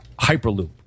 Hyperloop